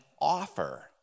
offer